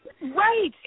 Right